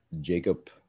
Jacob